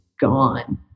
gone